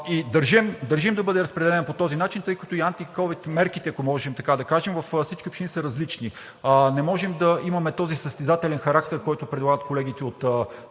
Държим да бъде разпределена по този начин, тъй като и антиковид мерките във всички общини са различни. Не можем да имаме този състезателен характер, който предлагат колегите от